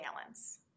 balance